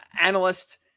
analyst